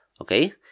Okay